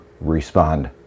respond